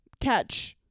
catch